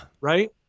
Right